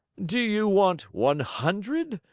do you want one hundred,